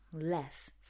less